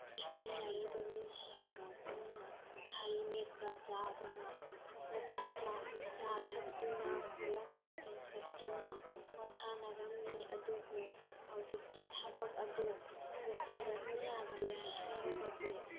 ꯁꯨꯃꯤꯟꯅꯔꯤꯕ ꯃꯤꯁꯤꯡꯒ ꯄꯨꯟꯅ ꯍꯩ ꯃꯦꯠꯄ ꯆꯥꯗꯨꯅ ꯅꯠꯇ꯭ꯔꯒ ꯆꯥ ꯊꯛꯇꯨꯅ ꯈꯨꯂꯪ ꯏꯁꯩ ꯁꯛꯇꯨꯅ ꯄꯣꯊꯥꯅꯔꯝꯃꯤ ꯑꯗꯨꯕꯨ ꯍꯧꯖꯤꯛꯇꯤ ꯊꯕꯛ ꯑꯗꯨ ꯂꯣꯏꯁꯤꯟꯗꯕ ꯌꯥꯗꯦ ꯍꯥꯏꯔꯒꯗꯤ